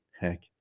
Heck